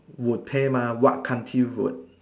would pay mah what country would